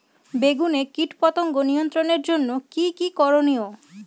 বেগুনে কীটপতঙ্গ নিয়ন্ত্রণের জন্য কি কী করনীয়?